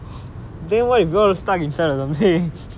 then what you gonna stuck inside of them